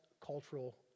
cultural